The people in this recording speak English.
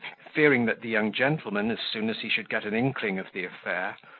fearing that the young gentleman, as soon as he should get an inkling of the affair,